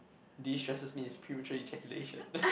destresses me is premature ejaculation